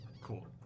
Cool